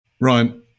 Ryan